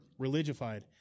religified